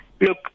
look